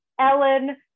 ellen